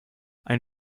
ein